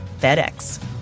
FedEx